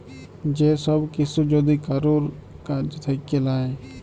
যে সব কিসু যদি কারুর কাজ থাক্যে লায়